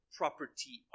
property